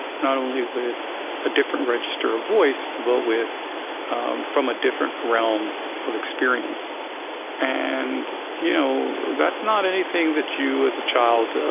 not only with a different register of voice, but with from a different realm of experience and you know that's that's not anything that you, as a child, ah